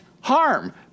harm